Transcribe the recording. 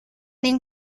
den